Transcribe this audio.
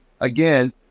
again